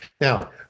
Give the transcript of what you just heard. Now